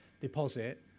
deposit